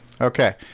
okay